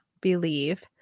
believe